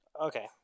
Okay